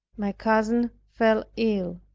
my cousin fell ill.